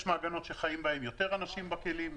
יש מעגנות שחיים בהן יותר אנשים בכלים,